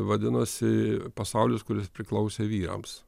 vadinosi pasaulis kuris priklausė vyrams